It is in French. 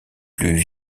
plus